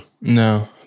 No